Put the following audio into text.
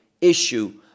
issue